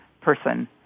person